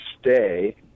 stay